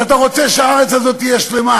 אז אתה רוצה שהארץ הזאת תהיה שלמה.